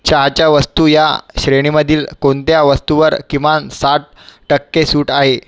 चहाच्या वस्तू या श्रेणीमधील कोणत्या वस्तूवर किमान साठ टक्के सूट आहे